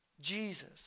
Jesus